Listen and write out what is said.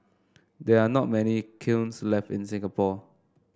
there are not many kilns left in Singapore